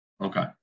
Okay